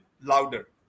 louder